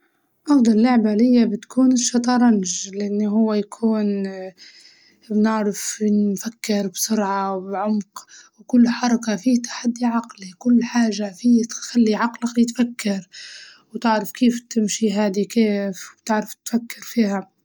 أفضل لعبة ليا بتكون الشطرنج، لأنه هو يكون بنعرف نفكر بسرعة وبعمق وكل حركة فيه تحدي عقلي، كل حاجة فيه تخلي عقلك يتفكر وتعرف كيف تمشي هادي كيف، تعرف تفكر فيها.